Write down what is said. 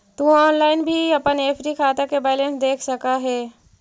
तु ऑनलाइन भी अपन एफ.डी खाता के बैलेंस देख सकऽ हे